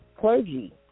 clergy